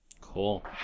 Cool